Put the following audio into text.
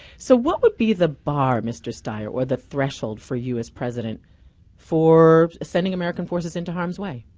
so what would be the bar, mr. steyer, or the threshold for you as president for sending american forces into harm's way?